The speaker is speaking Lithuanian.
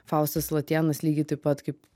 faustas latėnas lygiai taip pat kaip